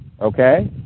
Okay